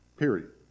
Period